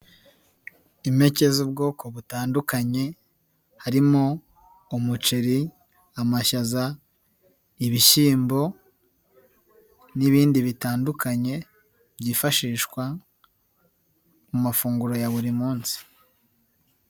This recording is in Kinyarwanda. Impeke z'ubwoko butandukanye harimo umuceri, amashyaza, ibishyimbo n'ibindi bitandukanye byifashishwa mu mafunguro ya buri munsi.